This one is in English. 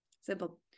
Simple